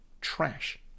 trash